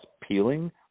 peeling